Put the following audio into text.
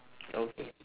okay